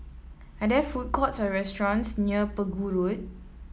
are there food courts or restaurants near Pegu Road